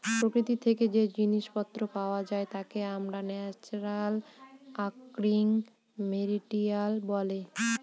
প্রকৃতি থেকে যে জিনিস পত্র পাওয়া যায় তাকে ন্যাচারালি অকারিং মেটেরিয়াল বলে